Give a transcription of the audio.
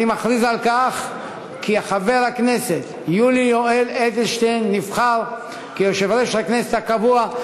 אני מכריז כי חבר הכנסת יולי יואל אדלשטיין נבחר ליושב-ראש הכנסת הקבוע.